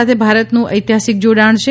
સાથે ભારતનું ઐતિહાસિક જોડાણ છે